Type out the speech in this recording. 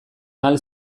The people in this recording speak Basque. ahal